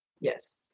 Yes